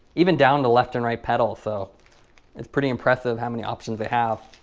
even down to left and right pedal. so it's pretty impressive how many options they have.